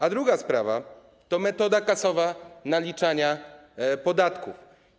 A druga sprawa to metoda kasowa naliczania podatków.